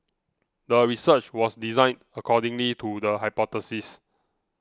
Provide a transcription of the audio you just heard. the research was designed according need to the hypothesis